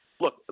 look